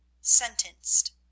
Sentenced